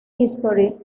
history